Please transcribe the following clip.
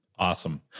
Awesome